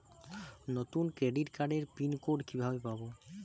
নতুন ক্রেডিট কার্ডের pin code কিভাবে পাব?